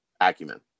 acumen